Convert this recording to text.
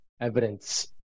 evidence